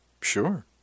Sure